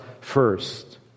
first